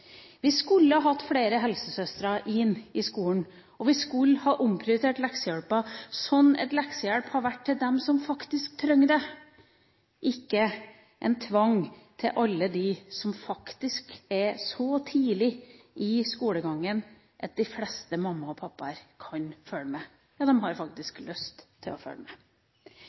Vi skulle hatt flere helsesøstre i skolen, og vi skulle ha omprioritert leksehjelpen, sånn at leksehjelpen hadde vært for dem som faktisk trenger det, og ikke en tvang til alle dem som faktisk er så tidlig i skolegangen at de fleste mammaer og pappaer kan følge med – ja, de har faktisk lyst til å følge med.